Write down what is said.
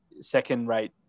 second-rate